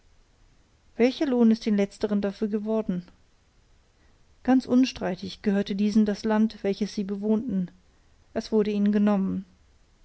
welcher lohn ist den letzteren dafür geworden ganz unstreitig gehörte diesen das land welches sie bewohnten es wurde ihnen genommen